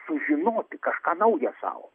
sužinoti kažką nauja sau